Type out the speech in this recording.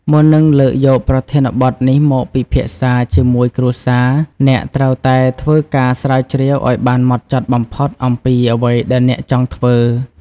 មុននឹងលើកយកប្រធានបទនេះមកពិភាក្សាជាមួយគ្រួសារ អ្នកត្រូវតែ ធ្វើការស្រាវជ្រាវឲ្យបានហ្មត់ចត់បំផុត អំពីអ្វីដែលអ្នកចង់ធ្វើ។